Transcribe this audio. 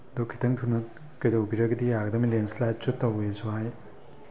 ꯑꯗꯨ ꯈꯤꯇꯪ ꯊꯨꯅ ꯀꯩꯗꯧꯕꯤꯔꯒꯗꯤ ꯌꯥꯒꯗꯝꯃꯤ ꯂꯦꯟꯁꯂꯥꯏꯗꯁꯨ ꯇꯧꯑꯦꯁꯨ ꯍꯥꯏ